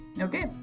Okay